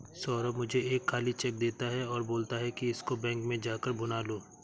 सौरभ मुझे एक खाली चेक देता है और बोलता है कि इसको बैंक में जा कर भुना लो